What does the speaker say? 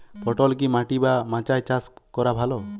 পটল কি মাটি বা মাচায় চাষ করা ভালো?